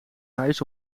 reis